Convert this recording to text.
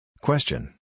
Question